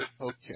Okay